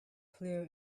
clear